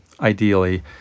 ideally